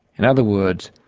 in other words,